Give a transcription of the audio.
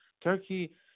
Turkey